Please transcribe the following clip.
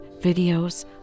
videos